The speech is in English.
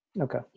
Okay